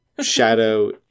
Shadow